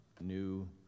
new